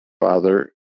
father